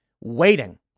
waiting